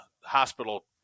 hospital